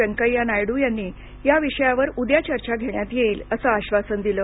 वेंकय्या नायडू यांनी या विषयावर उद्या चर्चा घेण्यात येईल असं आब्बासन दिलं